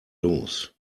los